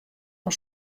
fan